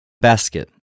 Basket